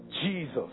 Jesus